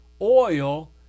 oil